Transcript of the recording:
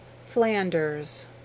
Flanders